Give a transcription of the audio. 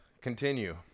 Continue